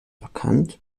erkannt